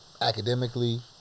academically